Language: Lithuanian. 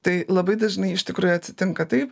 tai labai dažnai iš tikrųjų atsitinka taip